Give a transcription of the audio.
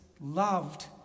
loved